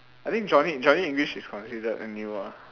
I think Johnny Johnny English is considered new one